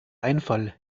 einfall